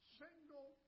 single